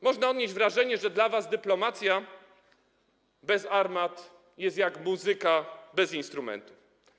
Można odnieść wrażenie, że dla was dyplomacja bez armat jest jak muzyka bez instrumentu.